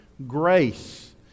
grace